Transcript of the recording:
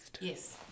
yes